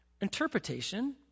interpretation